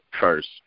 first